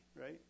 right